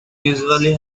usually